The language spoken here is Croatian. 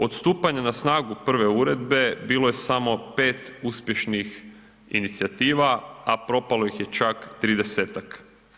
Od stupanja na snagu prve uredbe bilo je samo 5 uspješnih inicijativa a propalo ih je čak 30-ak.